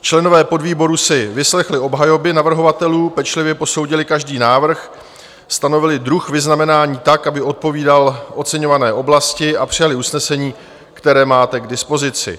Členové podvýboru si vyslechli obhajoby navrhovatelů, pečlivě posoudili každý návrh, stanovili druh vyznamenání tak, aby odpovídal oceňované oblasti, a přijali usnesení, které máte k dispozici.